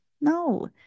No